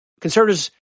conservatives